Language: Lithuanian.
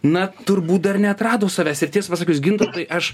na turbūt dar neatrado savęs ir tiesą pasakius gintautai aš